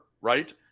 right